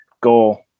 goal